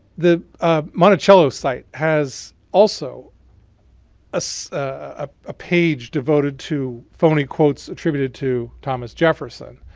the ah monticello site has also a so ah ah page devoted to phony quotes attributed to thomas jefferson,